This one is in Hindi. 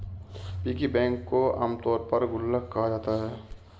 पिगी बैंक को आमतौर पर गुल्लक कहा जाता है